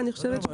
לא.